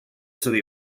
city